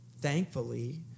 thankfully